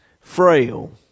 frail